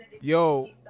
Yo